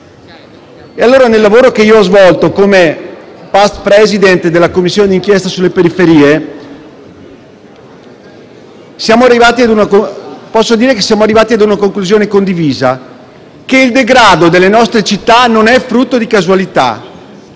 città. Nel lavoro che ho svolto come *past president* della Commissione d'inchiesta sulle periferie, posso dire che siamo arrivati a una conclusione condivisa: il degrado delle nostre città non è frutto di casualità,